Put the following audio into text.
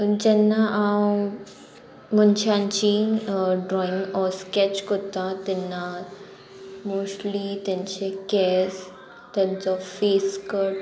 पूण जेन्ना हांव मनशांची ड्रॉइंग ऑर स्कॅच कोत्ता तेन्ना मोस्टली तेंचे केस तेंचो फेसकट